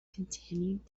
continued